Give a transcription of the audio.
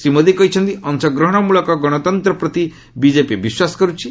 ଶ୍ରୀ ମୋଦି କହିଛନ୍ତି ଅଂଶଗ୍ରହଣମୂଳକ ଗଣତନ୍ତ ପ୍ରତି ବିଜେପି ବିଶ୍ୱାସ କର୍ରଛି